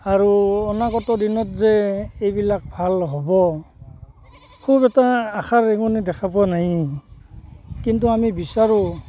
আৰু অনাগত দিনত যে এইবিলাক ভাল হ'ব খুব এটা আশাৰ ৰেঙণি দেখা পোৱা নায়েই কিন্তু আমি বিচাৰোঁ